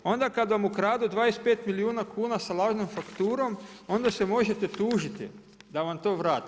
Onda kad vam ukradu 25 milijuna kuna sa lažnom fakturom onda se možete tužiti da vam to vrate.